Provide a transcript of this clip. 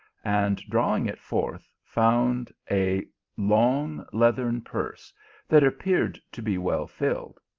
and drawing it forth, found a long leathern purse that appeared to be well filled.